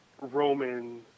Roman